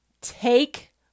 take